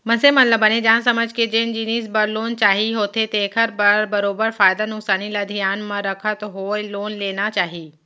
मनसे मन ल बने जान समझ के जेन जिनिस बर लोन चाही होथे तेखर बर बरोबर फायदा नुकसानी ल धियान म रखत होय लोन लेना चाही